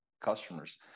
customers